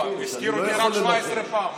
לא, הוא הזכיר אותי רק 17 פעם.